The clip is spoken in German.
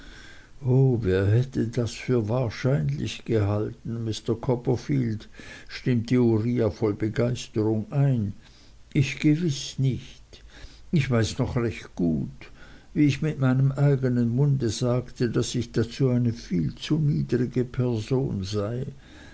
wer hätte das für wahrscheinlich gehalten mister copperfield stimmte uriah voll begeisterung ein ich gewiß nicht ich weiß noch recht gut wie ich mit eignem munde sagte daß ich dazu eine viel zu niedrige person sei